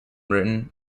written